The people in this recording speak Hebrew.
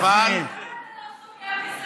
למה אתה לא סוגר מסעדות?